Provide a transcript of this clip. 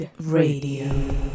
Radio